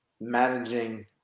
managing